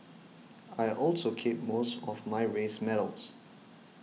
I also keep most of my race medals